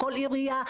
כל עירייה,